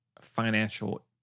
financial